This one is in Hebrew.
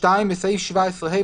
(2)בסעיף 17ה,